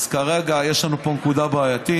אז כרגע יש לנו פה נקודה בעייתית.